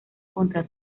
contra